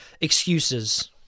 excuses